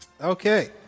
Okay